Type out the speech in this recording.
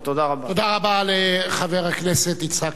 תודה רבה לחבר הכנסת יצחק הרצוג,